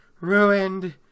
ruined